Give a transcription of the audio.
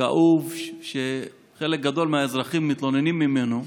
כאוב שחלק גדול מהאזרחים מתלוננים עליו.